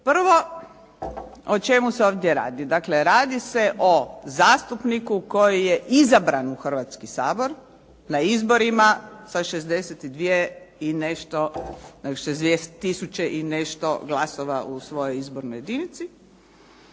Prvo o čemu se ovdje radi. Dakle, radi se o zastupniku koji je izabran u Hrvatski sabor na izborima sa 62 i nešto, 62000 i nešto glasova u svojoj izbornoj jedinici